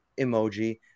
emoji